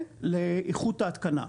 ולאיכות ההתקנה.